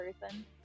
person